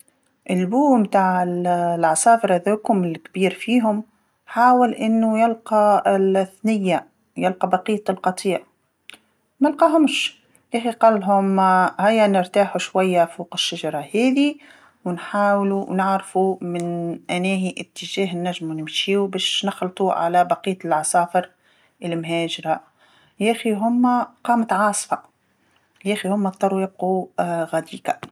البوم متاع ال- العصافر هاذوكم الكبير فيهم حاول أنو يلقى ال-الثنيه، يلقى بقية القطيع، ملقاهومش، يخي قالهم هيا نرتاحو شويه فوق الشجره هاذي ونحاولو نعرفو من أن هي اتجاه نجمو نمشيو باش نخلطو على بقية العصافر المهاجره، يخي هما قامت عاصفه، يايخي هما اضطرو يبقو غاديكا.